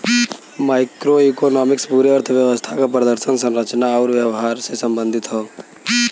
macroeconomics पूरे अर्थव्यवस्था क प्रदर्शन, संरचना आउर व्यवहार से संबंधित हौ